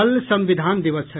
कल संविधान दिवस है